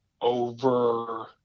over